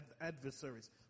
Adversaries